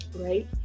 right